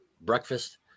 breakfast